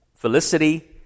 felicity